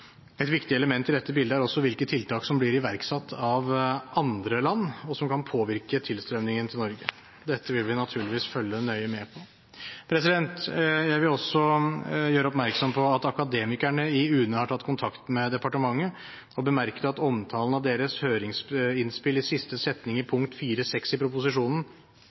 Et viktig element i dette bildet er også hvilke tiltak som blir iverksatt av andre land, og som kan påvirke tilstrømningen til Norge. Dette vil vi naturligvis følge nøye med på. Jeg vil også gjøre oppmerksom på at Akademikerne i UNE har tatt kontakt med departementet og bemerket at omtalen av deres høringsinnspill i siste setning i punkt 4.6 i proposisjonen